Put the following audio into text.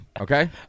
Okay